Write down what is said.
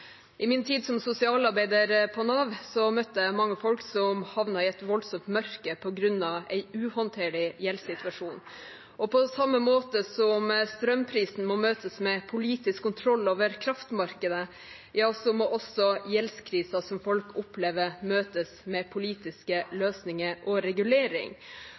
I min tid som sosialarbeider på Nav møtte jeg mange folk som havnet i et voldsomt mørke på grunn av en uhåndterlig gjeldssituasjon. På samme måte som strømprisen må møtes med politisk kontroll over kraftmarkedet, må også gjeldskrisen som folk opplever, møtes med politiske løsninger og regulering.